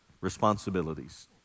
responsibilities